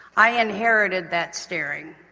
i inherited that staring,